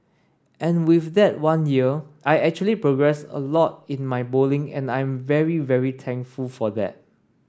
and with that one year I actually progressed a lot in my bowling and I'm very very thankful for that